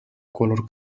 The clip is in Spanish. color